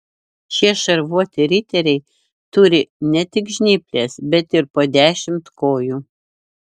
šie šarvuoti riteriai turi ne tik žnyples bet ir po dešimt kojų